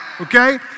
okay